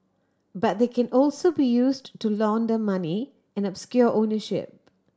but they can also be used to launder money and obscure ownership